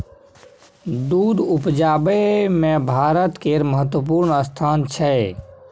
दूध उपजाबै मे भारत केर महत्वपूर्ण स्थान छै